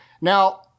Now